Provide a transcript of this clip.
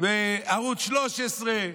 וערוץ 13,